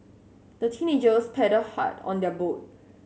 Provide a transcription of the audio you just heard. the teenagers paddled hard on their boat